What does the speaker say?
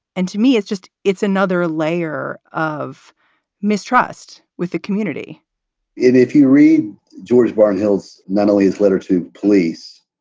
and to me, it's just it's another layer of mistrust with the community and if you read george warren hill's natalee's letter to police,